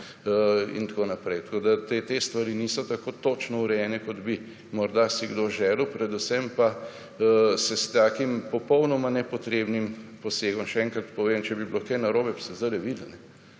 in tako naprej. Te stvari niso tako točno urejene kot bi morda si kdo želel predvsem pa se s takim popolnoma nepotrebnim posegom še enkrat povem, če bi bilo kaj narobe bi se sedaj videlo